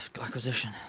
acquisition